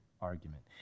argument